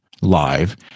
live